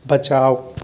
बचाओ